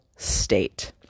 state